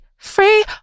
Free